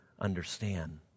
understand